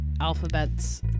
alphabets